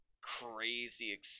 crazy